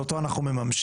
שאותו אנחנו מממשים,